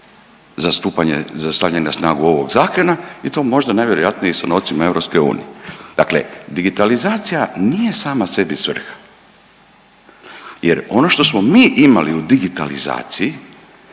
zastupanje za stavljanje na snagu ovog zakona i to možda najvjerojatnije i sa novcima EU. Dakle, digitalizacija nije sama sebi svrha, jer ono što smo mi imali u digitalizaciji